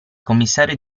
commissario